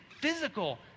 physical